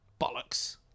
Bollocks